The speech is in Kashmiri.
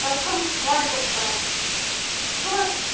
کٔمۍ وَعلیکُم سَلام کٔمۍ حظ